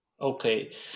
Okay